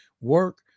work